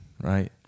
right